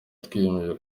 twiyemeje